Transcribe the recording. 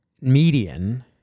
median